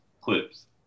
clips